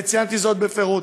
וציינתי זאת בפירוט.